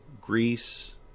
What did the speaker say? Greece